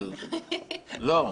זה קשור להיום